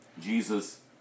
Jesus